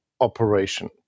operation